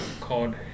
called